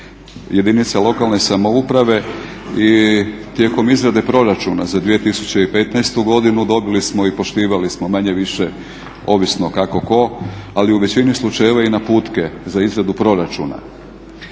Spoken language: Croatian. jedinica lokalne samouprave. I tijekom izrade proračuna za 2015. godinu dobili smo i poštivali smo manje-više, ovisno kako tko, ali u većini slučajeva i naputke za izradu proračuna.